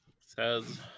Says